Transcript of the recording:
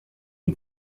est